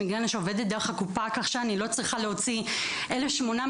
מיגרנה שעובדת דרך הקופה כך שאני לא צריכה להוציא 1,800